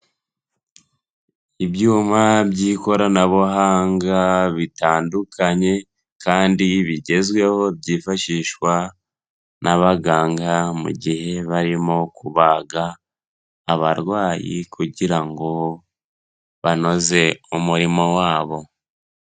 Ibyuma by'ikoranabuhanga bitandukanye kandi bigezweho, byifashishwa n'abaganga mu gihe barimo kubaga abarwayi kugirango banoze umurimo wabo.